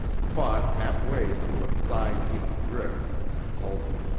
fought halfway through a thigh-deep drift and halted.